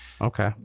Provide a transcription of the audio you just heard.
Okay